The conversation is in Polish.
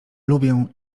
lubię